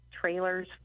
trailers